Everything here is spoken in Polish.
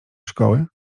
szkoły